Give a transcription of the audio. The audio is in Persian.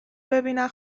ببینن